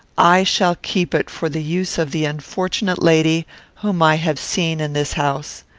i shall keep it for the use of the unfortunate lady whom i have seen in this house.